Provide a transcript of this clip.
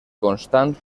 constant